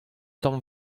tamm